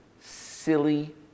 silly